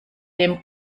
dem